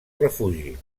refugi